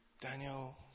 Daniel